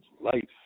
life